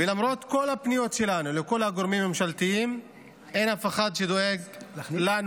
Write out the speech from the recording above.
ולמרות כל הפניות של כל הגורמים הממשלתיים אין אף אחד שדואג לנו,